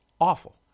awful